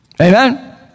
Amen